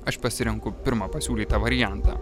aš pasirenku pirmą pasiūlytą variantą